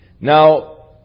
Now